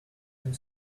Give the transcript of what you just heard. and